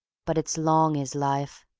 but it's long, is life.